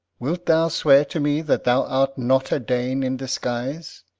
wilt thou swear to me that thou art not a dane in disguise?